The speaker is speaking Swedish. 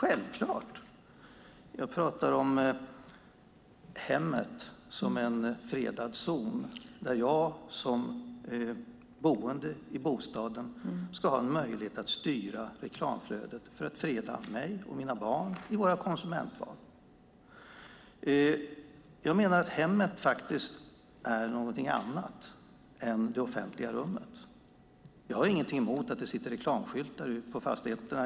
Jag pratar om hemmet som en fredad zon, där jag som boende ska ha en möjlighet att styra reklamflödet för att freda mig och mina barn i våra konsumentval. Hemmet är någonting annat än det offentliga rummet. Jag har ingenting emot att det sitter reklamskyltar på fastigheterna.